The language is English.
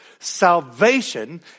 Salvation